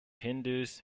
hindus